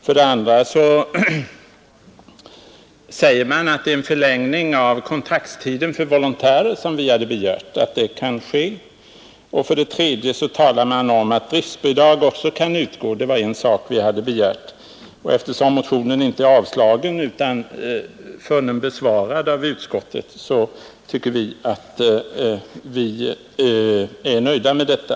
För det andra säger man, att den förlängning av kontraktstiden för volontärer som vi begärt kan beviljas, och för det tredje talar man om att driftbidrag också kan utgå. Detta hade vi begärt. Eftersom motionen inte är avstyrkt utan funnen besvard av utskottet, är vi nöjda med detta.